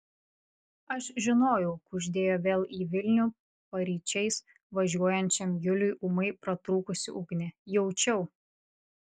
aš žinojau kuždėjo vėl į vilnių paryčiais važiuojančiam juliui ūmai pratrūkusi ugnė jaučiau